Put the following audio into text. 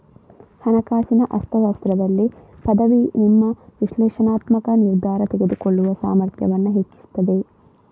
ಹಣಕಾಸಿನ ಅರ್ಥಶಾಸ್ತ್ರದಲ್ಲಿ ಪದವಿ ನಿಮ್ಮ ವಿಶ್ಲೇಷಣಾತ್ಮಕ ನಿರ್ಧಾರ ತೆಗೆದುಕೊಳ್ಳುವ ಸಾಮರ್ಥ್ಯವನ್ನ ಹೆಚ್ಚಿಸ್ತದೆ